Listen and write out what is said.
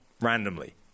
randomly